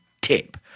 tip